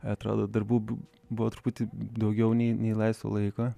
atrodo darbų buvo truputį daugiau nei nei laisvo laiko